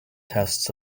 tests